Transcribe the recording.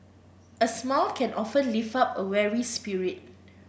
a smile can often lift up a weary spirit